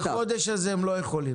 בחודש הזה הם לא יכולים.